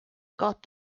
got